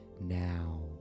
Now